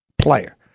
player